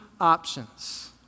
options